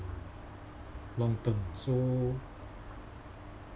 long term so